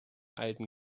alten